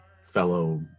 fellow